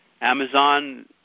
Amazon